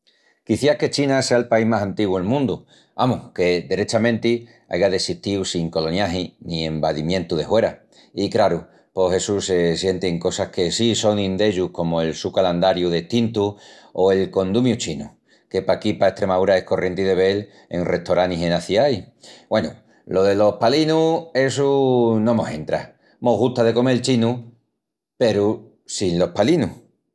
Quiciás que China sea el país más antigu'l mundu, amus que derechamenti aiga dessistíu sin coloniagi ni envadimientu de huera. I, craru, pos essu se sienti en cosas que sí sonin d'ellus comu el su calandariu destintu o el condumiu chinu, que paquí pa Estremaúra es corrienti de vel en restoranis enas ciais. Güenu, lo delos palinus, essu no mos entra. Mos gusta de comel chinu peru sin los palinus.